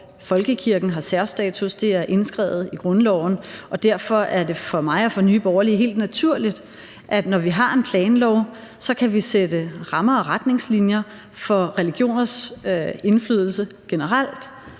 folkekirken har særstatus. Det er indskrevet i grundloven. Derfor er det for mig og for Nye Borgerlige helt naturligt, at når vi har en planlov, kan vi sætte rammer og retningslinjer for religioners indflydelse generelt,